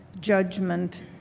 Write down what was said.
judgment